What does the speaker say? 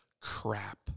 crap